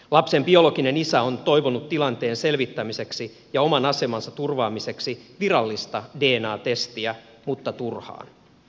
lapsen biologinen isä on toivonut tilanteen selvittämiseksi ja oman asemansa turvaamiseksi virallista dna testiä mutta turhaan